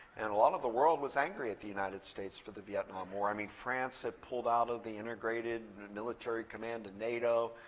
and a lot of the world was angry at the united states for the vietnam war. i mean, france had pulled out of the integrated military command at nato.